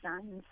sons